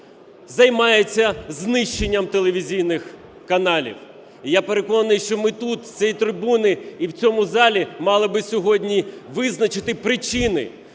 займається знищенням телевізійних каналів. Я переконаний, що ми тут, з цієї трибуни і в цьому залі мали би сьогодні визначити причини,